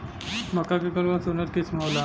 मक्का के कौन कौनसे उन्नत किस्म होला?